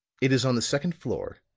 it is on the second floor,